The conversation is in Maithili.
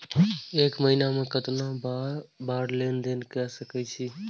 एक महीना में केतना बार लेन देन कर सके छी?